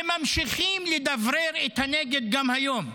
וממשיכים לדברר את הנגד גם היום.